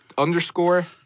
Underscore